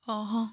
ଓହୋ